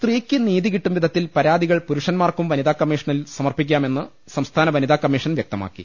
സ്ത്രീക്ക് നീതി കിട്ടുംവിധത്തിൽ പരാതികൾ പുരുഷന്മാർക്കും വനിതാകമ്മീഷനിൽ സമർപ്പിക്കാമെന്ന് സംസ്ഥാന വനിതാകമ്മീഷൻ വ്യക്തമാക്കി